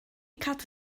cadw